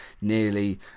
nearly